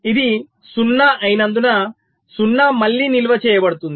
ఇది 0 అయినందున 0 మళ్ళీ నిల్వ చేయబడుతుంది